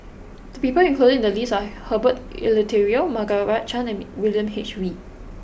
the people included in the list are Herbert Eleuterio Margaret Chan and William H Read